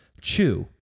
Chew